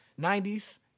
90s